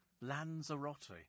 Lanzarote